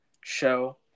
show